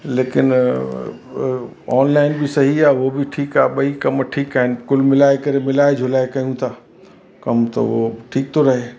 लेकिन ऑनलाइन बि सही आहे उहो बि ठीकु आहे ॿई कम ठीकु आहिनि कुल मिलाए करे मिलाए जुलाए कयूं था कम त उहो ठीक थो रहे